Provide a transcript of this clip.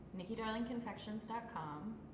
NikkiDarlingConfections.com